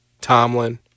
Tomlin